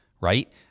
Right